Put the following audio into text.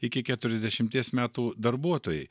iki keturiasdešimties metų darbuotojai